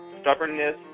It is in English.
stubbornness